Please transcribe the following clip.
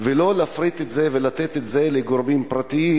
ולא להפריט את זה ולתת את זה לגורמים פרטיים,